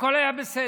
הכול היה בסדר.